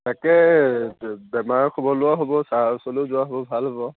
তাকে বেমাৰৰ খবৰ লোৱাও হ'ব ছাৰহঁতৰ ওচৰলৈও যোৱা হ'ব ভাল হ'ব